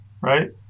Right